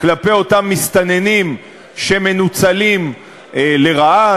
כלפי אותם מסתננים שמנוצלים לרעה.